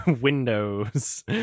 Windows